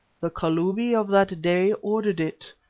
the kalubi of that day ordered it,